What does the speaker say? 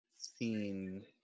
seen